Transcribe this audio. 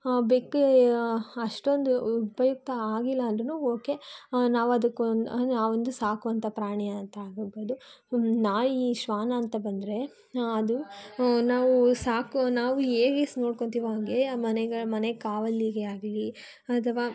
ಬೆಕ್ಕು ಅಷ್ಟೊಂದು ಉಪಯುಕ್ತ ಆಗಿಲ್ಲ ಅಂದ್ರೂ ಓಕೆ ನಾವು ಅದಕ್ಕೊಂದು ನಾವೊಂದು ಸಾಕುವಂಥ ಪ್ರಾಣಿ ಅಂತ ಆಗಿರಬಹುದು ನಾಯಿ ಶ್ವಾನ ಅಂತ ಬಂದರೆ ಅದು ನಾವು ಸಾಕೋ ನಾವು ಹೇಗೆ ನೋಡ್ಕೋತೀವೋ ಹಾಗೆ ಮನೆಗೆ ಮನೆ ಕಾವಲಿಗೆ ಆಗಲಿ ಅಥವಾ